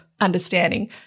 understanding